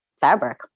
fabric